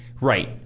Right